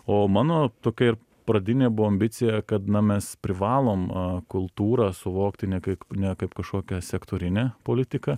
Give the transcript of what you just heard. o mano tokia ir pradinė buvo ambicija kad na mes privalom kultūrą suvokti ne kaip ne kaip kažkokią sektorinę politiką